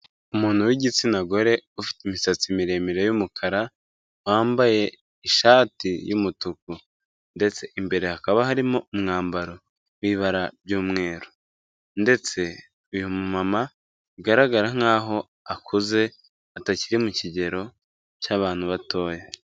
Umuntu w'igitsina gore ufite imisatsi miremire y'umukara, wambaye ishati y'umutuku ndetse imbere hakaba harimo umwambaro w'ibara ry'umweru ndetse uyu mumama bigaragara nk'aho akuze atakiri mu kigero cy'abantu batoya.